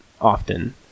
often